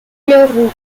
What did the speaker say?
leroux